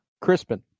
Crispin